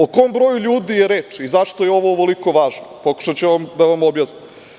O kom broju ljudi je reč i zašto je ovo ovoliko važno pokušaću da vam objasnim.